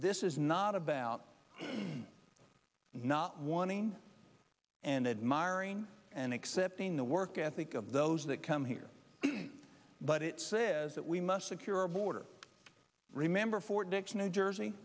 this is not about not wanting and admiring and accepting the work ethic of those that come here but it says that we must secure our border remember fort dix new jersey